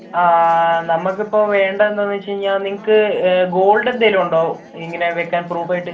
നമുക്കിപ്പം വേണ്ടത് എന്താന്ന് വച്ചുകഴിഞ്ഞാൽ നിങ്ങൾക്ക് ഗോൾഡ് എന്തേലും ഉണ്ടോ ഇങ്ങനെ വെക്കാൻ പ്രൂഫ് ആയിട്ട്